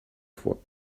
fois